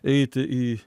eiti į